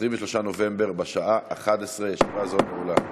עברה בקריאה ראשונה, ותחזור לוועדת